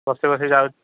କଷ୍ଟେ ମଷ୍ଟେ